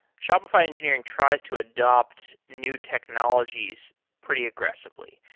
shopify engineering tries to adapt new technologies pretty aggressively.